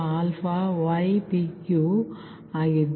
ಇದು 1α ypq ರಿ